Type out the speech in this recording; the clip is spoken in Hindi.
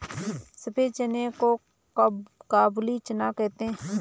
सफेद चना को काबुली चना कहते हैं